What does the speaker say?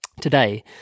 Today